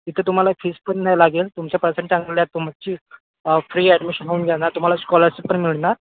तिथं तुम्हाला फिस पण नाही लागेल तुमच्या परसेंट चांगला आहे तुमची फ्री ॲडमिशन होऊन जाणार तुम्हाला स्कॉलरशिप पण मिळणार